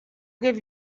give